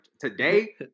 Today